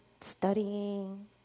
studying